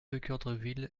équeurdreville